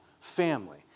family